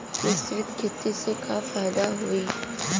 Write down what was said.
मिश्रित खेती से का फायदा होई?